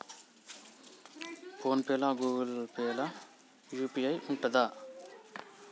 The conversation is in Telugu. ఫోన్ పే లా గూగుల్ పే లా యూ.పీ.ఐ ఉంటదా?